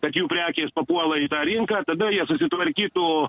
kad jų prekės papuola į tą rinką tada jie susitvarkytų